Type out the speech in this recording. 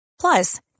Plus